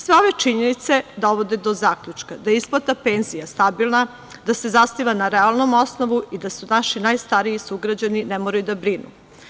Sve ove činjenice dovode do zaključka da je isplata penzija stabilna, da se zasniva na realnom osnovu i da naši najstariji sugrađani ne moraju da brinu.